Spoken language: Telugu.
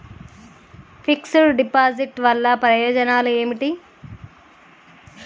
ఫిక్స్ డ్ డిపాజిట్ వల్ల ప్రయోజనాలు ఏమిటి?